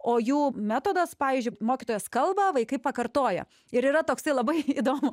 o jų metodas pavyzdžiui mokytojas kalba vaikai pakartoja ir yra toksai labai įdomu